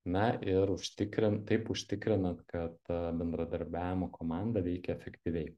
na ir užtikri taip užtikrinat kad bendradarbiavimo komanda veikia efektyviai